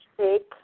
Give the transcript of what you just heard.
Take